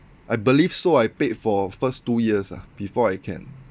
I believe so I paid for first two years ah before I can